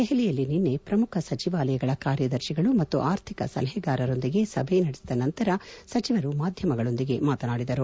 ದೆಹಲಿಯಲ್ಲಿ ನಿನ್ನೆ ಪ್ರಮುಖ ಸಚಿವಾಲಯಗಳ ಕಾರ್ಯದರ್ಶಿಗಳು ಮತ್ತು ಆರ್ಥಿಕ ಸಲಹೆಗಾರರೊಂದಿಗೆ ಸಭೆ ನಡೆಸಿದ ನಂತರ ಸಚಿವರು ಮಾಧ್ಯಮಗಳೊಂದಿಗೆ ಮಾತನಾಡಿದರು